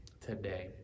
today